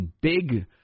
big